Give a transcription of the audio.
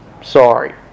Sorry